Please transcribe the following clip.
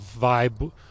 vibe